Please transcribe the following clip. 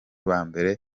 bambere